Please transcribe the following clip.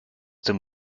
dem